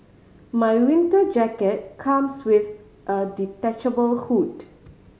my winter jacket comes with a detachable hood